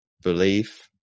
belief